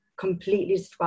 completely